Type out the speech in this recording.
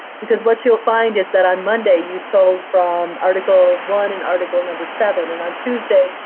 because what you will find is that on monday, you sold from article one and article number seven. and on tuesday,